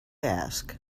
ask